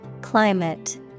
Climate